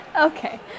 Okay